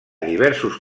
diversos